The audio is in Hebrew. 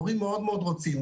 הורים מאוד מאוד רוצים,